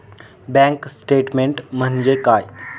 Bank statement म्हणजे काय?